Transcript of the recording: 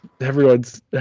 Everyone's